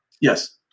Yes